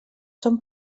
són